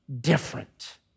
different